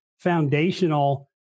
foundational